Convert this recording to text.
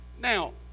Now